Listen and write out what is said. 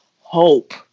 hope